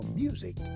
music